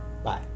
Bye